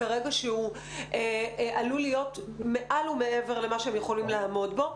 שהוא עלול להיות מעל ומעבר למה שהם יכולים לעמוד בו.